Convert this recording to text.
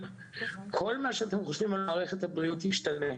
כל מה שאתם חושבים על מערכת הבריאות ישתנה,